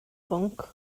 bwnc